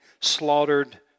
slaughtered